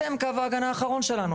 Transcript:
אתם קו ההגנה האחרון שלנו.